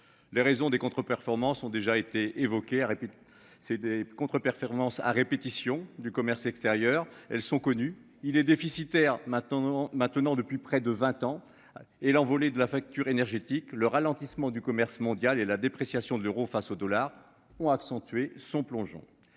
les raisons des contre-performances ont déjà été évoqués et puis c'est des contre- performances à répétition du commerce extérieur, elles sont connues, il est déficitaire maintenant maintenant depuis près de 20 ans et l'envolée de la facture énergétique. Le ralentissement du commerce mondial et la dépréciation de l'euro face au dollar ont accentué son plongeon.